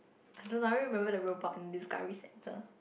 I don't know I only remember the rail park in discovery centre